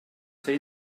ser